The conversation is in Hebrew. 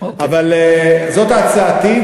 זאת הצעתי,